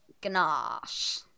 Ganache